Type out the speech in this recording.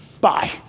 Bye